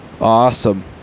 Awesome